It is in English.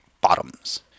bottoms